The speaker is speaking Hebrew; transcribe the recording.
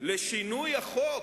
לשינוי החוק,